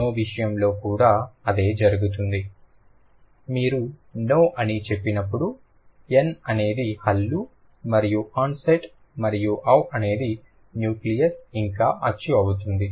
no విషయంలో కూడా అదే జరుగుతుంది మీరు నో అని చెప్పినప్పుడు n అనేది హల్లు మరియు ఆన్సెట్ మరియు au అనునది నూక్లియస్ ఇంకా అచ్చు అవుతుంది